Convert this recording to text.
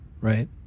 Right